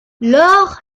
laure